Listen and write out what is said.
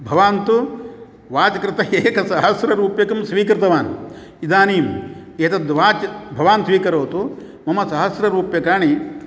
भवान् तु वाच् कृते एकसहस्रं रूप्यकं स्वीकृतवान् इदानीम् एतत् वाच् भवान् स्वीकरोतु मम सहस्ररूप्यकाणि